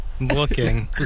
Looking